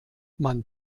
man